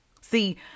See